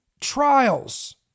trials